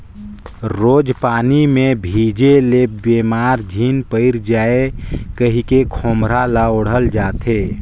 रोज पानी मे भीजे ले बेमार झिन पइर जाए कहिके खोम्हरा ल ओढ़ल जाथे